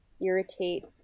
irritate